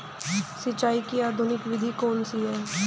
सिंचाई की आधुनिक विधि कौन सी है?